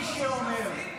אתה אומר שאתה,